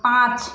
পাঁচ